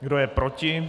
Kdo je proti?